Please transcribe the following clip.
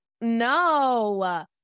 No